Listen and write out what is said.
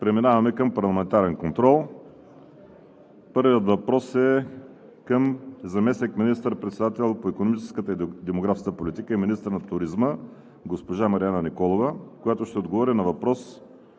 Преминаваме към парламентарния контрол. Първият въпрос е към заместник министър-председателя по икономическата и демографската политика и министър на туризма госпожа Марияна Николова, която ще отговори на въпрос